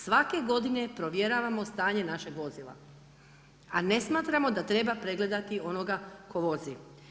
Svake godine provjeravamo stanje našeg vozila a ne smatramo da treba pregledati onoga tko vozi.